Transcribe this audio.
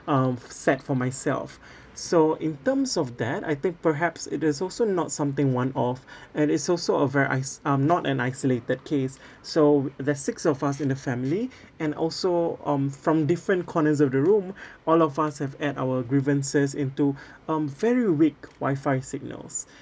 um set for myself so in terms of that I think perhaps it is also not something one-off and it's also a very is~ um not an isolated case so there's six of us in the family and also um from different corners of the room all of us have add our grievances into um very weak wifi signals